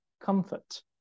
comfort